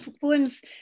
poems